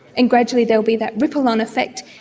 and gradually there will be that ripple-on effect.